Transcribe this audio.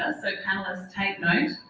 ah so panelists take note.